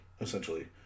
essentially